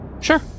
Sure